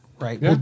right